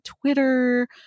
Twitter